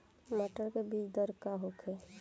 मटर के बीज दर का होखे?